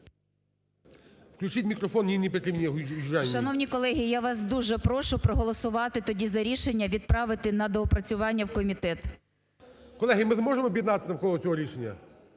Шановні колеги, я вас дуже прошу проголосувати тоді з рішення відправити на доопрацювання в комітет. ГОЛОВУЮЧИЙ. Колеги, ми зможемо об'єднатися навколо цього рішення?